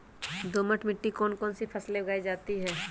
दोमट मिट्टी कौन कौन सी फसलें उगाई जाती है?